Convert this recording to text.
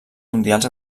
mundials